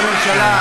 אדוני ראש הממשלה,